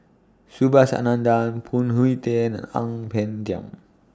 Subhas Anandan Phoon Tien and Ang Peng Tiam